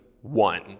one